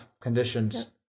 conditions